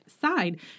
side